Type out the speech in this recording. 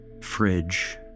Fridge